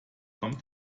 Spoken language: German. komme